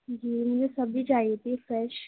جی مجھے سبزی چاہیے تھی فریش